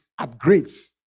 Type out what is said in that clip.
upgrades